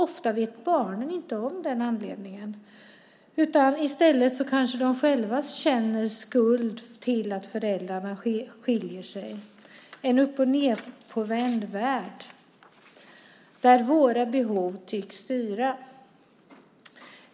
Ofta vet barnen inte om den anledningen, utan i stället känner de kanske själva skuld till att föräldrarna skiljer sig. Det är en uppochnedvänd värld där våra behov tycks styra.